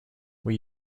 were